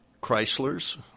Chrysler's